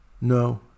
No